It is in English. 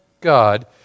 God